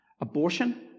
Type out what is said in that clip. Abortion